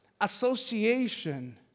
association